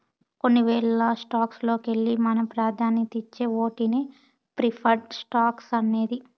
కొన్ని వేల స్టాక్స్ లోకెల్లి మనం పాదాన్యతిచ్చే ఓటినే ప్రిఫర్డ్ స్టాక్స్ అనేది